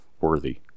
worthy